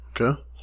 Okay